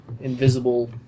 invisible